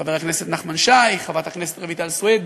חבר הכנסת נחמן שי, חברת הכנסת רויטל סויד,